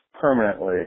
permanently